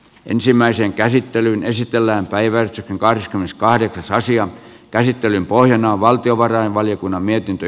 ensimmäisen käsittelyn esitellään päivän kahdeskymmeneskahdeksas aasian käsittelyn pohjana on valtiovarainvaliokunnan mietintö